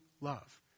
love